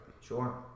Sure